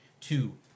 two